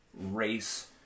race